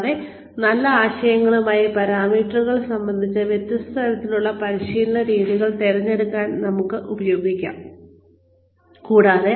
കൂടാതെ വ്യത്യസ്ത തരത്തിലുള്ള പരിശീലന രീതികൾ തിരഞ്ഞെടുക്കാൻ നമുക്ക് ഉപയോഗിക്കാവുന്ന പാരാമീറ്ററുകളെ സംബന്ധിച്ച ചില ആശയങ്ങളുമായി നാളെ വരുക